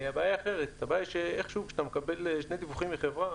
הבעיה היא אחרת הבעיה היא איכשהו כשאתה מקבל שני דיווחים מחברה,